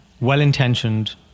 Well-intentioned